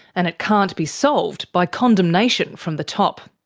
and it can't be solved by condemnation from the top.